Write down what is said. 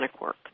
work